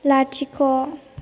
लाथिख'